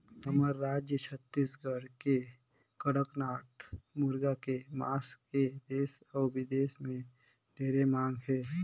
हमर रायज छत्तीसगढ़ के कड़कनाथ मुरगा के मांस के देस अउ बिदेस में ढेरे मांग हे